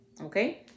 Okay